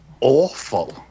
awful